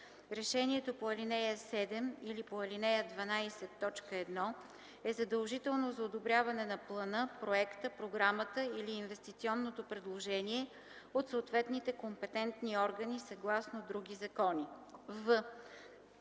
Решението по ал. 7 или по ал. 12, т. 1 е задължително за одобряване на плана, проекта, програмата или инвестиционното предложение от съответните компетентни органи съгласно други закони.”;